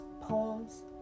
poems